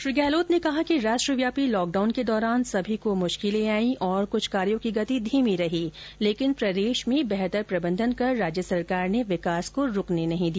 श्री गहलोत ने कहा कि राष्ट्रव्यापी लॉकडाउन के दौरान सभी को मुश्किलें आई और क्छ कार्यों की गति धीमी रही लेकिन प्रदेश में बेहतर प्रबंधन कर राज्य सरकार ने विकास को रूकने नहीं दिया